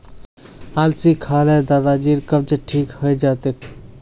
अलसी खा ल दादाजीर कब्ज ठीक हइ जा तेक